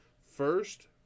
first